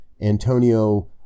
Antonio